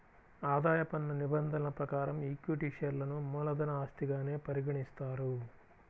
ఆదాయ పన్ను నిబంధనల ప్రకారం ఈక్విటీ షేర్లను మూలధన ఆస్తిగానే పరిగణిస్తారు